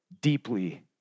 deeply